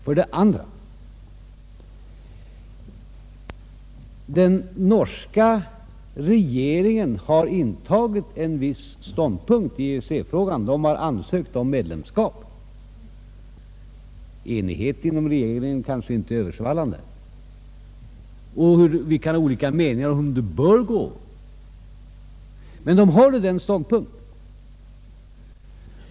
För det andra: Den norska regeringen har intagit en viss ståndpunkt i EEC-frågan — den har ansökt om medlemskap. Enigheten inom regeringen är kanske inte översvallande, och vi kan ha olika meningar om hur det bör gå, men den norska regeringen intar nu denna ståndpunkt.